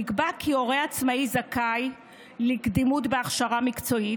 נקבע כי הורה עצמאי זכאי לקדימות בהכשרה מקצועית,